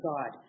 God